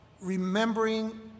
remembering